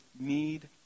need